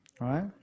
right